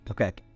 Okay